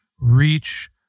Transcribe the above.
reach